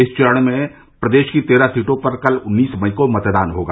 इस चरण में प्रदेश की तेरह सीटों पर कल उन्नीस मई को मतदान होगा